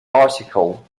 article